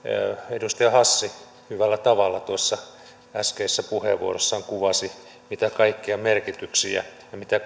edustaja hassi hyvällä tavalla äskeisessä puheenvuorossaan kuvasi mitä kaikkia merkityksiä ja mitä